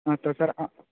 हँ तऽ सर